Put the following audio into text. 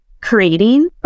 creating